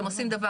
מי נמצא בזירה?